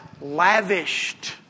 lavished